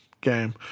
game